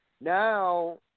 Now